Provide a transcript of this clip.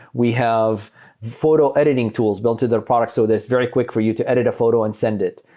we have photo editing tools built to their product so that it's very quick for you to edit a photo and send it.